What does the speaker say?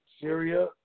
Syria